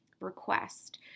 request